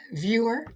viewer